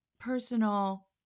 Personal